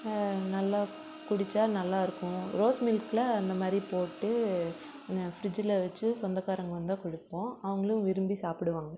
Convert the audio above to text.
நல்லா குடிச்சா நல்லா இருக்கும் ரோஸ் மில்க்கில் அந்த மாதிரி போட்டு ஃப்ரிட்ஜில் வச்சு சொந்தக்காரங்க வந்தால் கொடுப்போம் அவங்களும் விரும்பி சாப்பிடுவாங்க